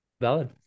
Valid